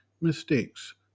mistakes